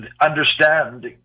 understand